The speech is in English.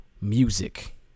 music